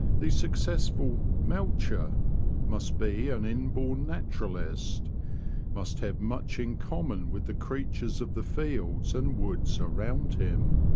the successful moucher must be an inborn naturalist must have much in common with the creatures of the fields and woods around him.